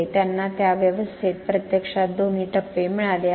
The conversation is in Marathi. त्यांना त्या व्यवस्थेत प्रत्यक्षात दोन्ही टप्पे मिळाले आहेत